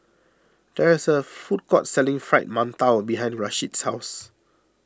there is a food court selling Fried Mantou behind Rasheed's house